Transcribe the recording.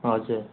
हजुर